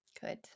Good